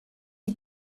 you